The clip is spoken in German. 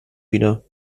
wieder